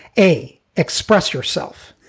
a, express yourself.